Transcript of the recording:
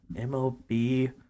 MLB